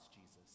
Jesus